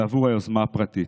ובעבור היוזמה הפרטית.